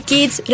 Kids